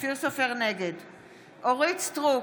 אורית מלכה סטרוק,